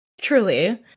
Truly